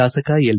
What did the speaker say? ಶಾಸಕ ಎಲ್